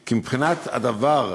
כי מבחינת הדבר,